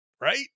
right